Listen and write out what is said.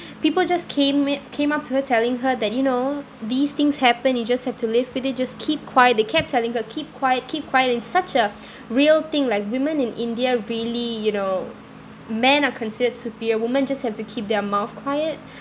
people just came i~ came up to her telling her that you know these things happen you just have to live with it just keep quiet they kept telling her keep quiet keep quiet it's such a real thing like women in india really you know men are considered superior woman just have to keep their mouth quiet